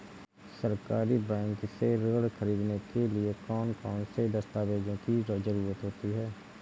सहकारी बैंक से ऋण ख़रीदने के लिए कौन कौन से दस्तावेजों की ज़रुरत होती है?